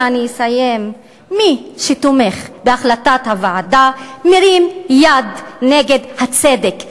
ואני אסיים: מי שתומך בהחלטת הוועדה מרים יד נגד הצדק,